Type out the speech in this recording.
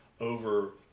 over